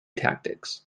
tactics